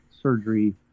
surgery